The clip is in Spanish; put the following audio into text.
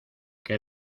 que